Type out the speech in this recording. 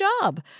job